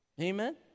Amen